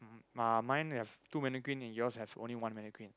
mm uh mine have two mannequin and yours have only one mannequin